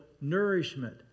nourishment